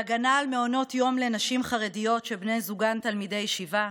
בהגנה על מעונות יום לנשים חרדיות שבני זוגן תלמידי ישיבה,